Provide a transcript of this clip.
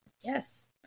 Yes